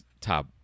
top